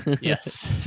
Yes